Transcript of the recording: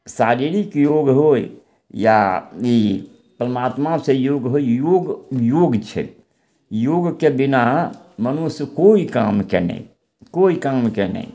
शारीरिक योग होइ या ई परमात्मासँ योग होइ योग योग छै योगके बिना मनुष्य कोइ कामके नहि कोइ कामके नहि